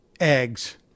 eggs